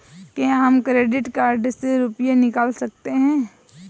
क्या हम credit card से रुपये निकाल सकते हैं?